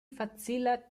facila